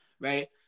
right